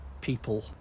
people